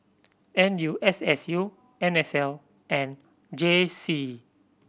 N U S S U N S L and J C